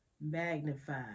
magnified